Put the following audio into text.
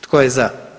Tko je za?